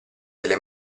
delle